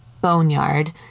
boneyard